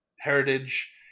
heritage